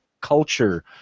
culture